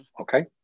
Okay